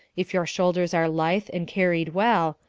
if your shoulders are lithe and carried well,